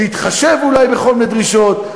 להתחשב אולי בכל מיני דרישות,